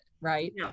right